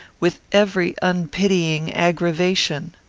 with every unpitying aggravation.